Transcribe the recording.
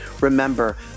remember